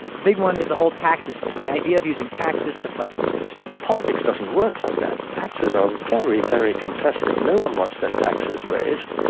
a big one is the whole taxes thing the idea of using taxes to fight inflation politics doesn't work like that. taxes are very, very contested. no one wants their taxes raised.